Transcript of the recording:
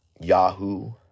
Yahoo